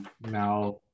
Now